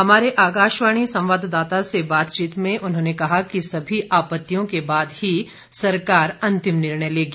हमारे आकाशवाणी संवाददाता से बातचीत में उन्होंने कहा कि सभी आपत्तियों के बाद ही सरकार अंतिम निर्णय लेगी